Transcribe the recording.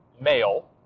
male